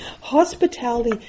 Hospitality